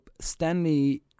Stanley